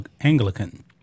Anglican